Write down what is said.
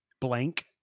blank